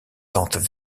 tentent